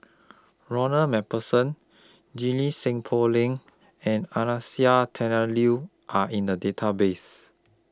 Ronald MacPherson Junie Sng Poh Leng and Anastasia Tjendri Liew Are in The Database